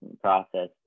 process